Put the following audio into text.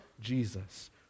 Jesus